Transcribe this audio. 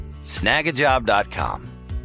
snagajob.com